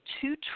two